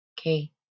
okay